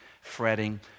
fretting